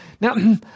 Now